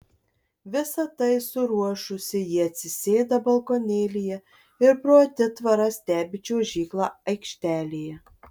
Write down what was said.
visa tai suruošusi ji atsisėda balkonėlyje ir pro atitvarą stebi čiuožyklą aikštelėje